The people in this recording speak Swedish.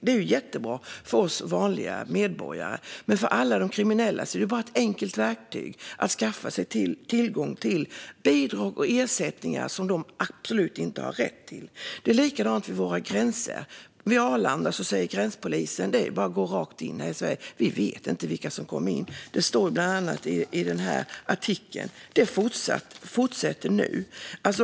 Det är ju jättebra för oss vanliga medborgare, men för alla kriminella är det ett enkelt verktyg för att skaffa sig tillgång till bidrag och ersättningar som de absolut inte har rätt till. Det är likadant vid våra gränser. Vid till exempel Arlanda menar gränspolisen att det bara är att gå rakt in i Sverige och att man inte vet vilka som kommer in i landet. Det står bland annat i artikeln jag hänvisade till, och det här fortsätter nu.